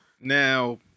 Now